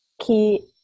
key